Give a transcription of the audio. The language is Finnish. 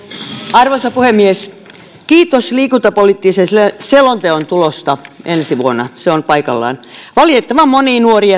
arvoisa puhemies kiitos liikuntapoliittisen selonteon tulosta ensi vuonna se on paikallaan valitettavan moni nuori